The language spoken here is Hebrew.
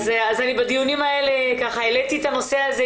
אז אני בדיונים האלה העליתי את הנושא הזה.